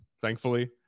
thankfully